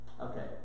Okay